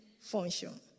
function